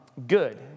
Good